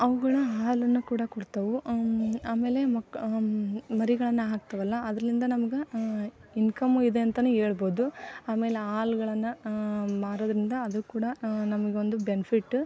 ಅವುಗಳ ಹಾಲನ್ನು ಕೂಡ ಕೊಡ್ತಾವು ಆಮೇಲೆ ಮಕ ಮರಿಗಳನ್ನು ಹಾಕ್ತಾವಲ್ಲ ಅದರಲ್ಲಿಂದ ನಮ್ಗೆ ಇನ್ಕಮು ಇದೆ ಅಂತನೂ ಹೇಳ್ಬೋದು ಆಮೇಲೆ ಹಾಲ್ಗಳನ್ನ ಮಾರೋದರಿಂದ ಅದು ಕೂಡ ನಮಗೊಂದು ಬೆನ್ಫಿಟ್